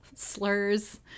slurs